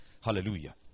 Hallelujah